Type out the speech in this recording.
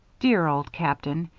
dear old captain!